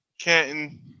Canton